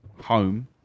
home